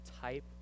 type